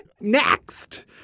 Next